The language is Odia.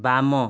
ବାମ